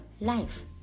life